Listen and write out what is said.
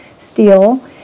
steel